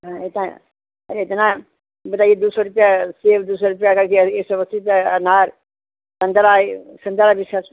हँ इतना अरे इतना बताइए दो सौ रुपया सेब दो सौ रुपया का एक सौ अस्सी रुपया आ अनार संतरा संतरा भी सस